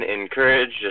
encouraged